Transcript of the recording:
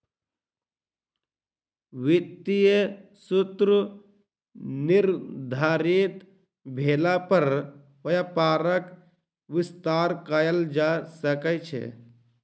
वित्तीय सूत्र निर्धारित भेला पर व्यापारक विस्तार कयल जा सकै छै